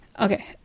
Okay